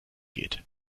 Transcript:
geht